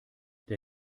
der